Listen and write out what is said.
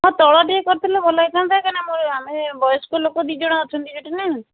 ତଳ ଟିକେ କରିଥିଲେ ଭଲ ହେଇଥାନ୍ତା କାହିଁକିନା ଆମ ଏ ଆମେ ବୟସ୍କ ଲୋକ ଦୁଇଜଣ ଅଛନ୍ତି ସେଠି ନା